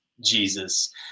Jesus